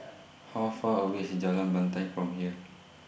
How Far away IS Jalan Batai from here